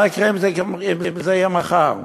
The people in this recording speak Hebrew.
מה יקרה אם זה יהיה מחר?